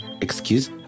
Excuse